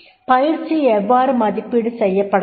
பயிற்சி எவ்வாறு மதிப்பீடு செய்யப்பட வேண்டும்